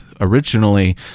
originally